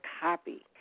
copy